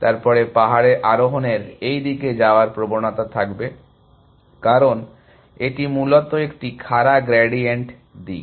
তারপরে পাহাড়ে আরোহণের এই দিকে যাওয়ার প্রবণতা থাকবে কারণ এটি মূলত একটি খাড়া গ্রেডিয়েন্ট দিক